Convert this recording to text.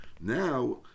Now